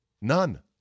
None